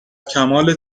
کمال